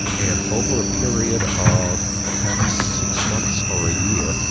and over a period of perhaps six months or a year,